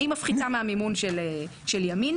היא מפחיתה מהמימון של ימינה.